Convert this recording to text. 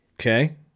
Okay